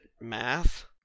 math